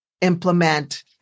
implement